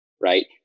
right